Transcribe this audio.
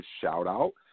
shout-out